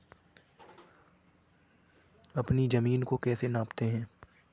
अपनी जमीन को कैसे नापते हैं?